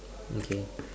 okay